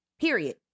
Period